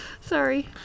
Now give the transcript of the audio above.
Sorry